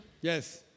Yes